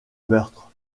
meurtre